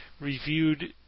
reviewed